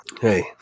Hey